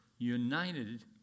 united